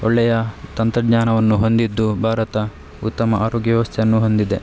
ಒಳ್ಳೆಯ ತಂತ್ರಜ್ಞಾನವನ್ನು ಹೊಂದಿದ್ದು ಭಾರತ ಉತ್ತಮ ಆರೋಗ್ಯ ವ್ಯವಸ್ಥೆಯನ್ನು ಹೊಂದಿದೆ